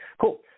cool